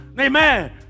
Amen